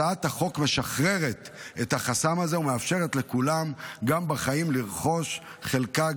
הצעת החוק משחררת את החסם הזה ומאפשרת לכולם גם בחיים לרכוש חלקה,